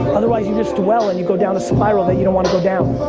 otherwise you just dwell and you go down a spiral that you don't wanna go down.